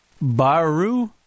Baru